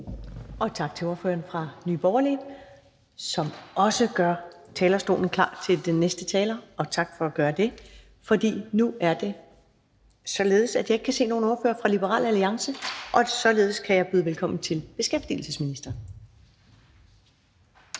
Tak til ordføreren for Nye Borgerlige, som også gør talerstolen klar til den næste taler – og tak for at gøre det. Nu er det således, at jeg ikke kan se nogen ordfører for Liberal Alliance. Så kan jeg byde velkommen til beskæftigelsesministeren.